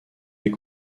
est